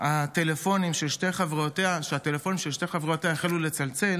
שהטלפונים של שתי חברותיה החלו לצלצל